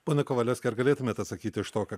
pone kovalevski ar galėtumėt atsakyti iš to ką